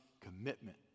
commitment